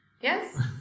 Yes